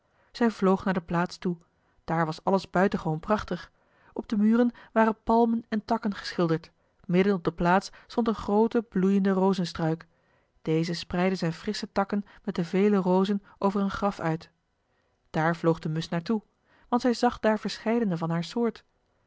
zij vloog naar de plaats toe daar was alles buitengewoon prachtig op de muren waren palmen en takken geschilderd midden op de plaats stond een groote bloeiende rozestruik deze spreidde zijn frissche takken met de vele rozen over een graf uit daar vloog de musch naar toe want zij zag daar verscheidenen van haar soort